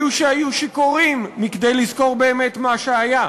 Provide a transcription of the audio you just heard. היו שהיו שיכורים מכדי לזכור באמת מה שהיה.